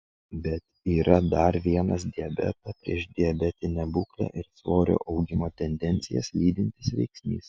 bet yra dar vienas diabetą priešdiabetinę būklę ir svorio augimo tendencijas lydintis veiksnys